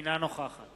אינה נוכחת